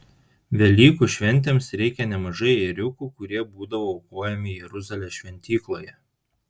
velykų šventėms reikia nemažai ėriukų kurie būdavo aukojami jeruzalės šventykloje